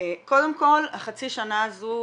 קודם כל החצי שנה הזו,